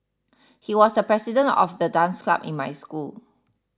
he was the president of the dance club in my school